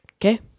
Okay